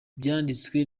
byanditswe